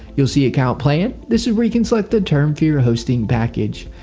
you'll see account plan. this is where you can select the term for your hosting package.